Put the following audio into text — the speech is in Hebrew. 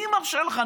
מי מרשה לך?